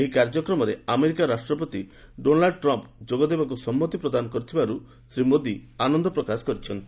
ଏହି କାର୍ଯ୍ୟକ୍ରମରେ ଆମେରିକା ରାଷ୍ଟ୍ରପତି ଡୋନାଲ୍ଚ ଟ୍ରମ୍ପ୍ ଯୋଗ ଦେବାକୁ ସମ୍ମତି ପ୍ରଦାନ କରିଥିବାରୁ ଶ୍ରୀ ମୋଦୀ ଆନନ୍ଦ ପ୍ରକାଶ କରିଛନ୍ତି